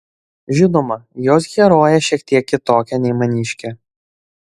žinoma jos herojė šiek tiek kitokia nei maniškė